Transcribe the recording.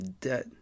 debt